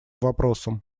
вопросам